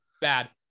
bad